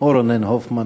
או רונן הופמן.